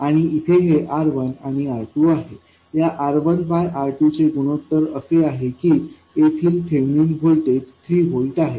आणि इथे हे R1आणि R2आहे या R1बाय R2चे गुणोत्तर असे आहे की येथील थेवेनिन व्होल्टेज 3 व्होल्ट आहे